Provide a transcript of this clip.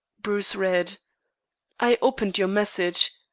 bruce read i opened your message.